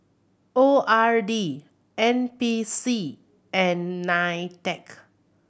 O R D N P C and NITEC